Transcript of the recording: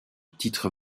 titre